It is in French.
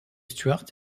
stuart